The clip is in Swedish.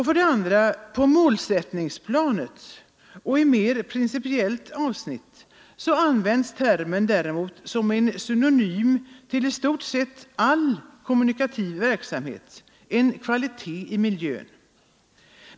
För det andra används termen på målsättningsplanet och i mer principiella avsnitt däremot som en synonym till i stort sett all kommunikativ verksamhet, en kvalitet i miljön.